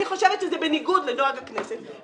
אני חושבת שזה בניגוד לנוהל הכנסת,